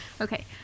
Okay